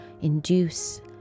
induce